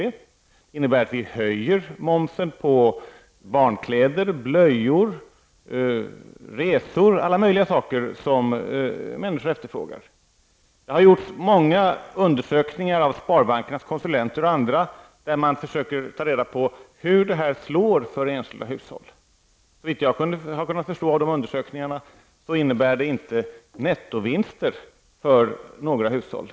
Det innebär att vi höjer momsen på barnkläder, blöjor, resor och alla möjliga saker som människor efterfrågar. Det har gjorts många undersökningar -- av sparbankernas konsulenter och andra -- där man försökt ta reda på hur det här slår för enskilda hushåll. Såvitt jag har kunnat förstå av de undersökningarna innebär den här förändringen inte någon nettovinst för några hushåll.